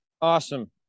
Awesome